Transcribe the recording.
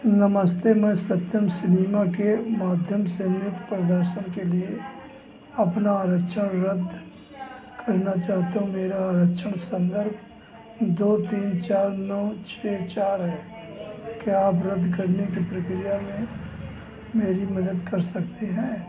नमस्ते मैं सत्यम सिनेमा के माध्यम से नृत्य प्रदर्शन के लिए अपना आरक्षण रद्द करना चाहता हूँ मेरा आरक्षण संदर्भ दो तीन चार नौ छः चार है क्या आप रद्द करने की प्रक्रिया में मेरी मदद कर सकते हैं